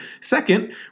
Second